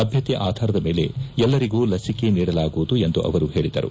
ಲಭ್ಞತೆ ಆಧಾರದ ಮೇಲೆ ಎಲ್ಲರಿಗೂ ಲಸಿಕೆ ನೀಡಲಾಗುವುದು ಎಂದು ಅವರು ಹೇಳಿದರು